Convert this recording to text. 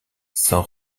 sans